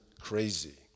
crazy